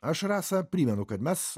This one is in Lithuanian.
aš rasa primenu kad mes